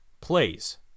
plays